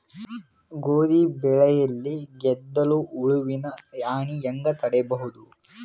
ಗೋಧಿ ಬೆಳೆಯಲ್ಲಿ ಗೆದ್ದಲು ಹುಳುವಿನ ಹಾನಿ ಹೆಂಗ ತಡೆಬಹುದು?